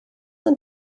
und